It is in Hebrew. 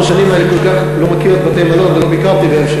אני אחרי ארבע שנים לא כל כך מכיר את בתי-המלון ולא ביקרתי בהם,